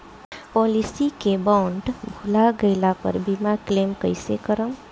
Policy के bond भुला गैला पर बीमा क्लेम कईसे करम?